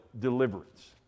deliverance